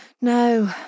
No